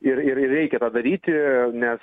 ir ir reikia tą daryti nes